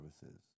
services